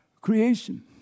creation